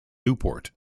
newport